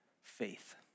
faith